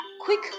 quick